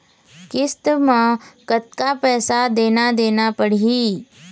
किस्त म कतका पैसा देना देना पड़ही?